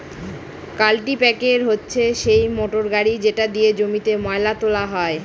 কাল্টিপ্যাকের হচ্ছে সেই মোটর গাড়ি যেটা দিয়ে জমিতে ময়লা তোলা হয়